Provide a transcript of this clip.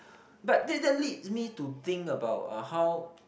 but that that leads me to think about how